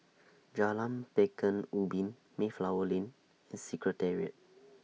Jalan Pekan Ubin Mayflower Lane and Secretariat